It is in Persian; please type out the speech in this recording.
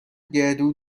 گردو